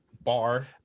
bar